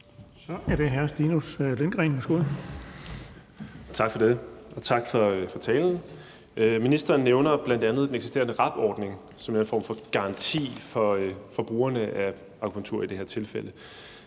Kl. 18:01 Stinus Lindgreen (RV): Tak for det, og tak for talen. Ministeren nævner bl.a. den eksisterende RAB-ordning, som er en form for garanti for brugerne af i det her tilfælde